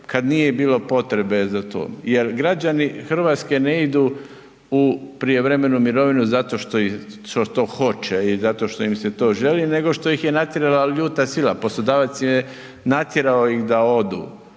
kad nije bilo potrebe za to jer građani Hrvatske ne idu u prijevremenu mirovinu zato što to hoće ili zato što im se to želi nego što ih je natjerala ljuta sila, poslodavac je natjerao ih da odu